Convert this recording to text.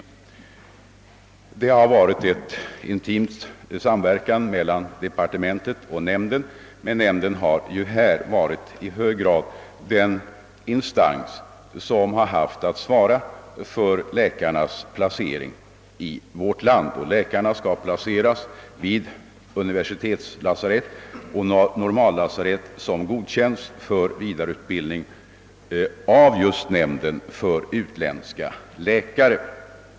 Det har varit en intim samverkan mellan departementet och nämnden, men nämnden har i hög grad varit den instans som haft att svara för läkarnas placering i vårt land. De skall placeras vid centrallasarett och normallasarett som godkänts för vidareutbildning av just nämnden för utländska läkare.